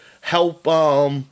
help